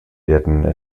werden